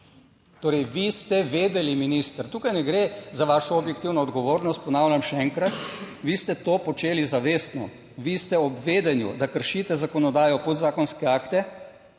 Torej vi ste vedeli, minister, tukaj ne gre za vašo objektivno odgovornost, ponavljam še enkrat, vi ste to počeli zavestno, vi ste ob vedenju, da kršite zakonodajo, podzakonske akte,